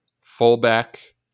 fullback